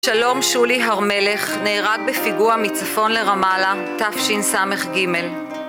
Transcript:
שלום-שולי הר-מלך, נהרג בפיגוע מצפון לרמאללה, תשס"ג.